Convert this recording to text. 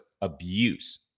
abuse